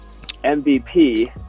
MVP